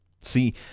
See